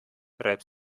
reibt